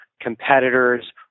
competitors